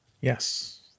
Yes